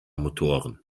motoren